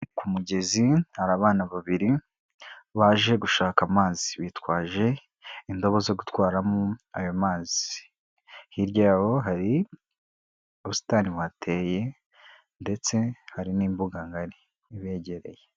Ku mugezi hari abana babiri baje gushaka amazi, bitwaje indabo zo gutwaramo ayo mazi, hirya yabo hari ubusitani buhateye ndetse hari n'imbuga ngari ibegereye.